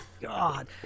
God